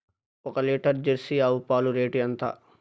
ఒక litre Jersey ఆవు పాలు రేటు ఎంత?